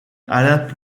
alain